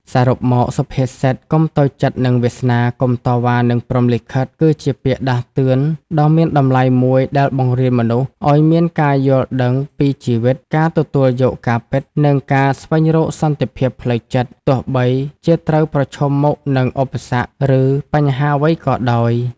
សរុបមក សុភាសិត កុំតូចចិត្តនឹងវាសនា កុំតវ៉ានឹងព្រហ្មលិខិត គឺជាពាក្យដាស់តឿនដ៏មានតម្លៃមួយ ដែលបង្រៀនមនុស្សឱ្យមានការយល់ដឹងពីជីវិត ការទទួលយកការពិត និងការស្វែងរកសន្តិភាពផ្លូវចិត្ត ទោះបីជាត្រូវប្រឈមមុខនឹងឧបសគ្គ ឬបញ្ហាអ្វីក៏ដោយ។